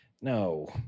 No